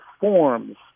forms